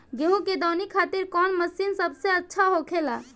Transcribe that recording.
गेहु के दऊनी खातिर कौन मशीन सबसे अच्छा होखेला?